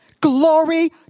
Glory